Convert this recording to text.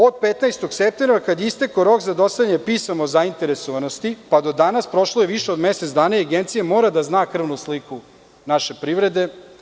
Od 15. septembra, kada je istekao rok za dostavljanje pisamao zainteresovanosti, pa do danas prošlo je više od mesec dana i Agencija mora da zna krvnu sliku naše privrede.